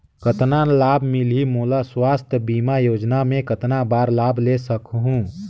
कतना लाभ मिलही मोला? स्वास्थ बीमा योजना मे कतना बार लाभ ले सकहूँ?